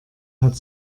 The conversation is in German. hat